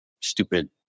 stupid